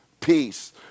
peace